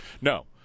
No